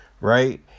Right